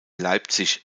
leipzig